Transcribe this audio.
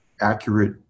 accurate